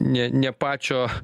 ne ne pačio